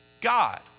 God